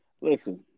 Listen